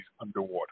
underwater